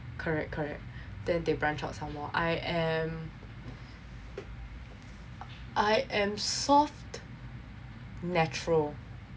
correct correct that they branch out somemore I am I am soft natural